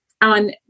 on